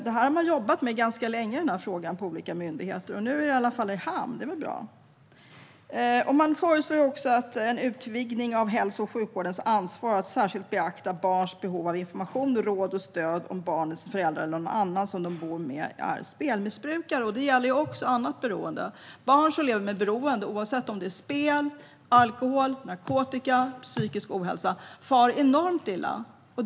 Man har jobbat ganska länge med frågan på olika myndigheter, och nu är det i varje fall i hamn. Det är väl bra. Man föreslår också en utvidgning av hälso och sjukvårdens ansvar att särskilt beakta barns behov av information, råd och stöd om barnets förälder eller någon annan som de bor med är spelmissbrukare. Det gäller också annat beroende. Barn som lever med beroende oavsett om det är spel, alkohol eller narkotika och psykisk ohälsa far enormt illa.